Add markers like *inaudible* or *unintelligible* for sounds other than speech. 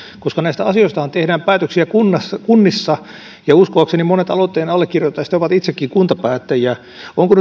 koska näistä asioistahan tehdään päätöksiä kunnissa kunnissa ja uskoakseni monet aloitteen allekirjoittajista ovat itsekin kuntapäättäjiä onko *unintelligible*